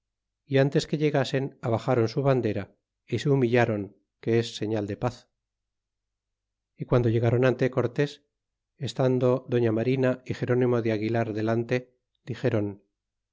y antes que llegasen abaxaron su bandera y se humillaron que es señal de paz y guando llegaron ante cortes estando doña marina ó gerónimo de aguilar delante dixeron